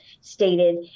stated